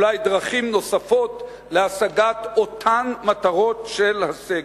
אולי דרכים נוספות להשגת אותן מטרות של הסגר,